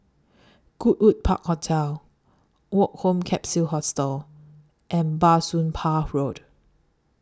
Goodwood Park Hotel Woke Home Capsule Hostel and Bah Soon Pah Road